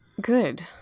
good